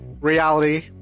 Reality